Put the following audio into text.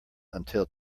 until